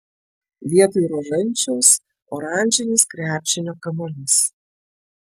vietoj rožančiaus oranžinis krepšinio kamuolys